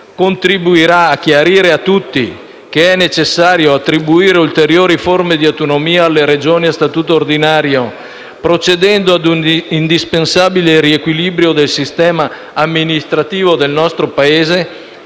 contribuirà a chiarire a tutti che è necessario attribuire ulteriori forme di autonomia alle Regioni a statuto ordinario, procedendo ad un indispensabile riequilibrio del sistema amministrativo del nostro Paese